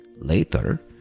Later